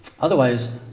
Otherwise